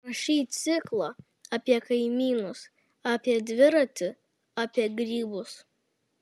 rašei ciklą apie kaimynus apie dviratį apie grybus